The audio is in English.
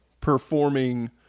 performing